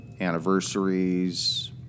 anniversaries